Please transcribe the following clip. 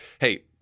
hey